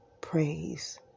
praise